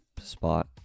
spot